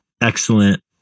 Excellent